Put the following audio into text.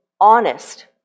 honest